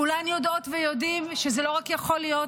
כולן יודעות ויודעים שזה לא רק יכול להיות,